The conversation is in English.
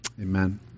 amen